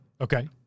Okay